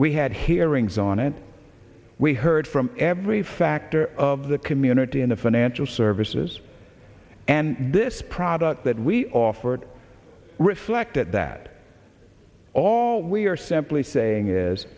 we had hearings on it we heard from every factor of the community in the financial services and this product that we offered reflected that all we are simply saying is